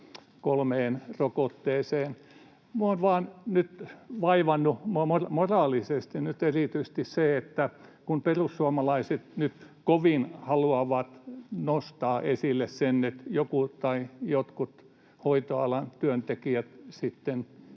kolmeen rokotteeseen. Minua on nyt vain vaivannut moraalisesti erityisesti se, että perussuomalaiset nyt kovin haluavat nostaa esille sen, että joku tai jotkut hoitoalan työntekijät